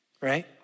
right